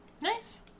Nice